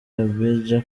abidjan